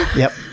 yep.